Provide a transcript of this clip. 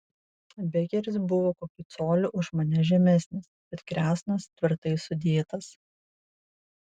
bekeris buvo kokiu coliu už mane žemesnis bet kresnas tvirtai sudėtas